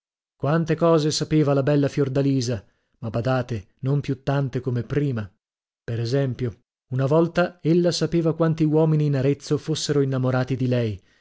quante cose sapeva la bella fiordalisa ma badate non più tante come prima per esempio una volta ella sapeva quanti uomini in arezzo fossero innamorati di lei